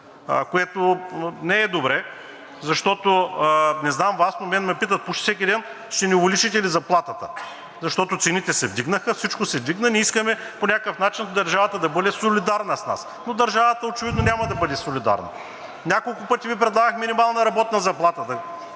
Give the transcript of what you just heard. което не е добре. Не знам Вас, но мен ме питат почти всеки ден: „Ще ни увеличите ли заплатата, защото цените се вдигнаха, всичко се вдигна? Ние искаме по някакъв начин държавата да бъде солидарна с нас.“ Но държавата очевидно няма да бъде солидарна. Няколко пъти Ви предлагах минималната работна заплата